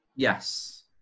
Yes